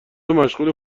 مشغوله